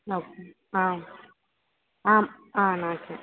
okay okay ఆ నాకే